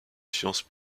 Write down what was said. sciences